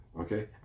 Okay